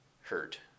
hurt